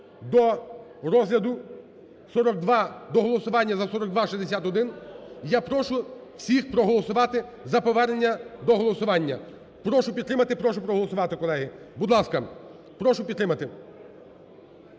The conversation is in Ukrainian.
до розгляду, до голосування за 4261. Я прошу всіх проголосувати за повернення до голосування. Прошу підтримати, прошу проголосувати, колеги, будь ласка. Прошу підтримати.